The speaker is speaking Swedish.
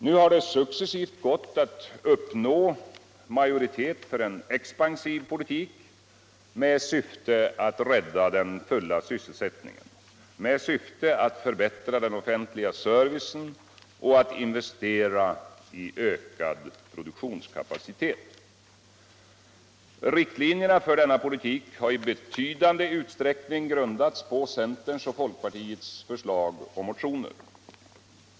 Nu har det successivt gått att uppnå majoritet för en expansiv politik med syfte att rädda den fulla sysselsättningen, förbättra den offentliga servicen och investera i ökad produktionskapacitet. Riktlinjerna för denna politik har i betydande utsträckning grundats på centerns och folkpartiets förslag och motioner.